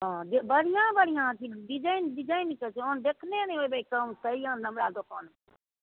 हँ जे बढिऑं बढिऑं डिजाइन डिजाइनके जो ओहन देखने नहि होबै कहुँ तेहन हमरा दोकान